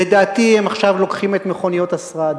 לדעתי, הם עכשיו לוקחים את מכוניות השרד